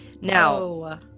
Now